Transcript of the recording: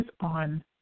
on